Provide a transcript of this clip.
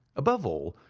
above all,